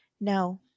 no